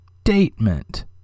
statement